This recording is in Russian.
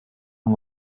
нам